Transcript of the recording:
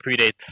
predates